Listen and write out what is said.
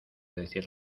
decir